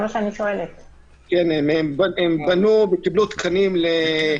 הם קיבלו תקנים לגוף